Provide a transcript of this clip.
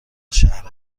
شهر